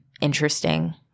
interesting